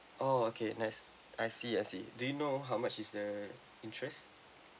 orh okay nice I see I see do you know how much is the interest